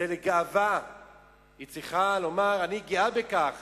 זאת גאווה והיא צריכה לומר: אני גאה בכך.